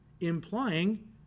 implying